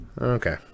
Okay